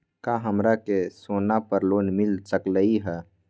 का हमरा के सोना पर लोन मिल सकलई ह?